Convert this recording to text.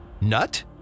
Nut